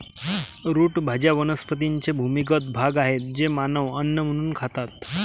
route भाज्या वनस्पतींचे भूमिगत भाग आहेत जे मानव अन्न म्हणून खातात